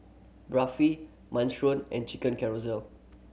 Barfi Minestrone and Chicken